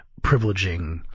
privileging